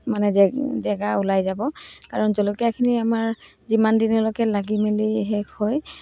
মানে জেগা জেগা ওলাই যাব কাৰণ জলকীয়াখিনি আমাৰ যিমান দিনলৈকে লাগি মেলি শেষ হয়